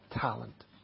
Talent